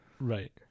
right